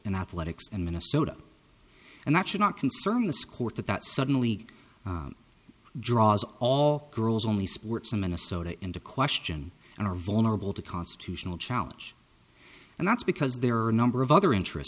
in athletics and minnesota and that should not concern this court that suddenly draws all girls only sports and minnesota into question and are vulnerable to constitutional challenge and that's because there are a number of other interests